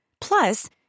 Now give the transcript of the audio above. Plus